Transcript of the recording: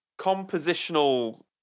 compositional